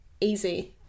Easy